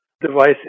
device